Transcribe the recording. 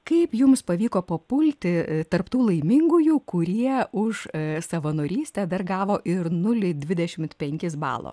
kaip jums pavyko papulti tarp tų laimingųjų kurie už savanorystę dar gavo ir nulį dvidešimt penkis balo